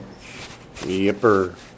Yipper